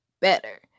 better